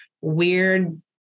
weird